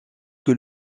que